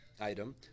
Item